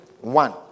One